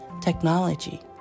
technology